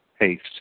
haste